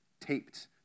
Taped